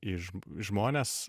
į ž žmones